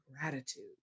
gratitude